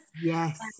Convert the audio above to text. Yes